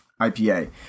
IPA